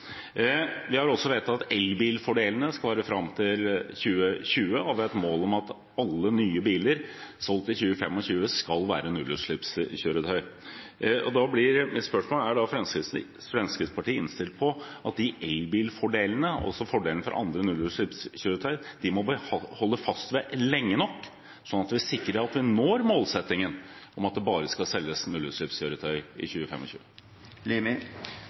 Vi har også vedtatt at elbilfordelene skal vare fram til 2020, og det er et mål at alle nye biler solgt i 2025 skal være nullutslippskjøretøy. Da blir mitt spørsmål: Er Fremskrittspartiet innstilt på at elbilfordelene, altså fordelene for andre nullutslippskjøretøy, må vi holde fast ved lenge nok, sånn at vi sikrer at vi når målsettingen om at det bare skal selges nullutslippskjøretøy i